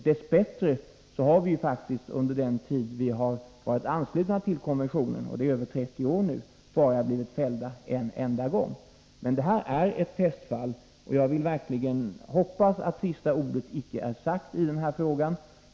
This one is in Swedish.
Dess bättre har vi faktiskt under den tid vi varit anslutna till konventionen — det är över 30 år nu — blivit fällda bara en enda gång. Men det här är ett testfall, och jag vill verkligen hoppas att sista ordet inte är sagt i den här frågan.